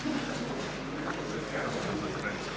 Hvala vam.